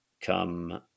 come